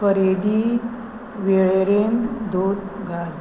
खरेदी वेळेरेंत दूद घाल